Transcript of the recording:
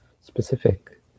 specific